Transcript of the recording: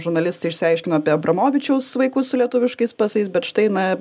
žurnalistai išsiaiškino apie abramovičiaus vaikus su lietuviškais pasais bet štai na